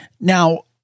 Now